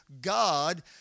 God